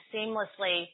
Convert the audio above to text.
seamlessly